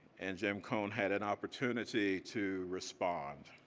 and jim cone had an opportunity to respond.